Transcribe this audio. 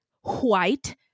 white